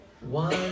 one